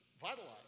vitalize